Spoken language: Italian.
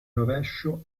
rovescio